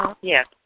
Yes